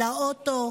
לאוטו,